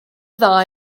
dda